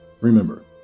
Remember